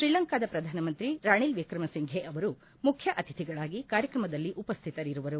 ಶ್ರೀಲಂಕಾದ ಪ್ರಧಾನಮಂತ್ರಿ ರಾಣಿಲ್ ವಿಕ್ರಮ್ ಸಿಂಫೆ ಅವರು ಮುಖ್ಹ ಅತಿಥಿಗಳಾಗಿ ಕಾರ್ಯಕ್ರಮದಲ್ಲಿ ಉಪಸ್ಥಿತರಿರುವರು